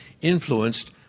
influenced